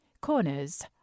Corners